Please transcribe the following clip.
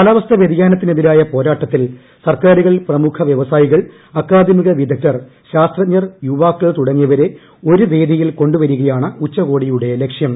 കാലാവസ്ഥാ വൃതിയാനത്തിനെതിരായ പോരാട്ടത്തിൽ സർക്കാരുകൾ പ്രമുഖ വൃവസായികൾ അക്കാദമിക വിദഗ്ദ്ധർ ശാസ്ത്രജ്ഞർ യുവാക്കൾ തുടങ്ങിയവരെ ഒരു വേദിയിൽ കൊണ്ടുവരികയാണ് ഉച്ചകോടിയുടെ ലക്ഷ്യം